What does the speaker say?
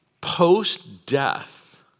Post-death